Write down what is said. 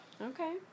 Okay